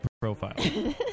profile